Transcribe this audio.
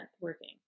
working